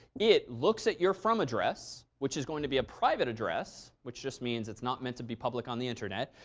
it looks at your from address, which is going to be a private address. which just means it's not meant to be public on the internet.